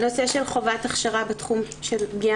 הנושא של חובת הכשרה בתחום של פגיעה